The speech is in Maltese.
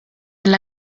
mill